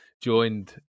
joined